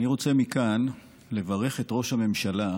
אני רוצה מכאן לברך את ראש הממשלה,